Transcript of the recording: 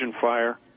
Fire